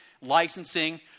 licensing